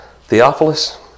Theophilus